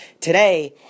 today